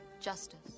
justice